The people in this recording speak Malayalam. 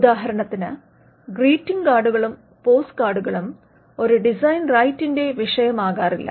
ഉദാഹരണത്തിന് ഗ്രീറ്റിംഗ് കാർഡുകളും പോസ്റ്റ്കാർഡുകളും ഒരു ഡിസൈൻ റൈറ്റിന്റെ വിഷയമാകാറില്ല